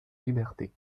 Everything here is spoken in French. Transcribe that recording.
liberté